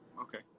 Okay